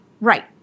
Right